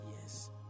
Yes